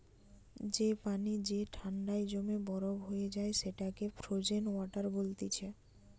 যে পানি যে ঠান্ডায় জমে বরফ হয়ে যায় সেটাকে ফ্রোজেন ওয়াটার বলতিছে